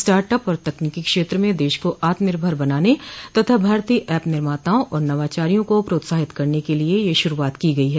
start up और तकनीकी क्षेत्र में देश को आत्मनिर्भर बनाने तथा भारतीय ऐप निर्माताओं और नवाचारियों को प्रोत्साहित करने के लिये यह शुरूआत की गई है